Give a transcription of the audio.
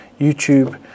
YouTube